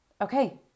okay